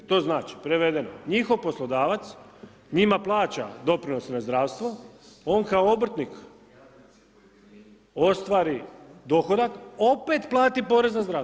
To znači, prevedeno, njihov poslodavac njima plaća doprinose na zdravstvo, on kao obrtnik ostvari dohodak, opet plati porez na zdravstvo.